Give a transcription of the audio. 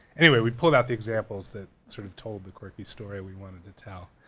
anyway we'd pulled out the examples that sort of told the quirky story we wanted to tell.